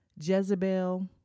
Jezebel